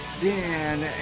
Dan